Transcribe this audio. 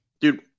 Dude